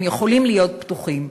הם יכולים להיות פתוחים.